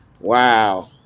wow